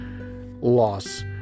loss